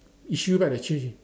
issue like the change